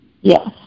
Yes